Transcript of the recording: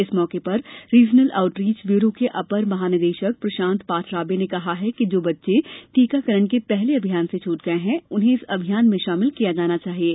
इस मौके पर रीजनल आउटरीच ब्यूरो के अपर महानिदेशक प्रशान्त पाठराबे ने कहा कि जो बच्चे टीकाकरण के पहले अभियान से छूट गये हैं उन्हें इस अभियान में शामिल किया जाना चाहिये